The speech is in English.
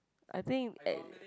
I think at